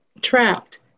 Trapped